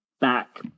back